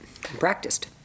practiced